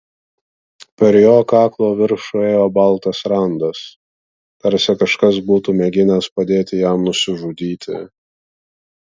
per jo kaklo viršų ėjo baltas randas tarsi kažkas būtų mėginęs padėti jam nusižudyti